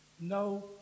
No